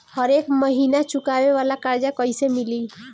हरेक महिना चुकावे वाला कर्जा कैसे मिली?